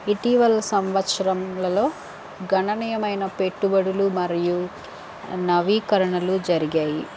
ఇటీవల సంవత్సరంలలో గణనీయమైన పెట్టుబడులు మరియు నవీకరణలు జరిగాయి